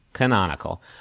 Canonical